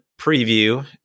preview